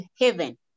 heaven